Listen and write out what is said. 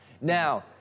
Now